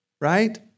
right